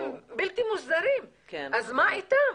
הם בלתי מוסדרים! אז מה איתם?